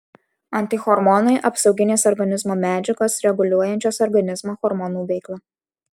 antihormonai apsauginės organizmo medžiagos reguliuojančios organizmo hormonų veiklą